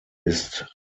ist